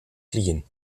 fliehen